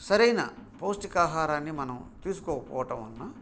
సరైన పౌష్టిక ఆహారాన్ని మనం తీసుకోకపోవటం వలన